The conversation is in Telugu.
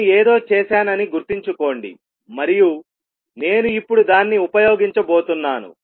నేను ఏదో చేశానని గుర్తుంచుకోండి మరియు నేను ఇప్పుడు దాన్ని ఉపయోగించబోతున్నాను